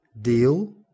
deal